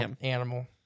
animal